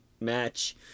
match